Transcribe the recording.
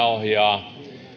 ohjaa